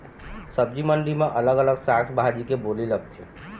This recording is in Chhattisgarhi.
सब्जी मंडी म अलग अलग साग भाजी के बोली लगथे